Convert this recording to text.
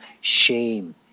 shame